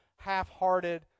half-hearted